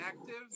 active